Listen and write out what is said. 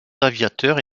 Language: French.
aviateurs